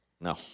No